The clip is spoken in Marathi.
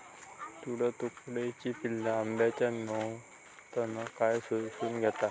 तुडतुड्याची पिल्ला आंब्याच्या मोहरातना काय शोशून घेतत?